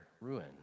ruin